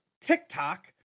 TikTok